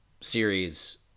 series